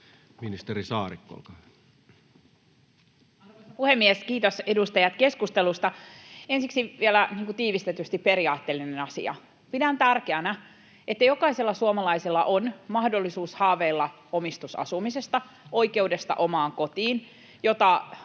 Time: 14:33 Content: Arvoisa puhemies! Kiitos, edustajat, keskustelusta. Ensiksi vielä tiivistetysti periaatteellinen asia: pidän tärkeänä, että jokaisella suomalaisella on mahdollisuus haaveilla omistusasumisesta, oikeudesta omaan kotiin, jota